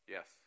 Yes